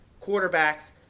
quarterbacks